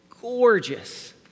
gorgeous